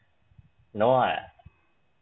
no ah